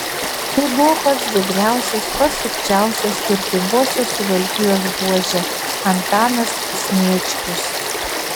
tai buvo pats gudriausias pats sukčiausias turtingosios suvalkijos buožė antanas sniečkus